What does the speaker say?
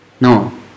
No